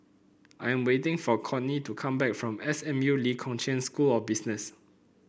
I am waiting for Kortney to come back from S M U Lee Kong Chian School of Business